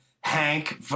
hank